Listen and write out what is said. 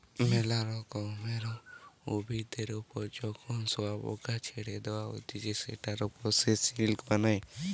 মেলা রকমের উভিদের ওপর যখন শুয়োপোকাকে ছেড়ে দেওয়া হতিছে সেটার ওপর সে সিল্ক বানায়